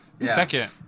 second